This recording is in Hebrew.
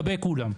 לגבי כולם.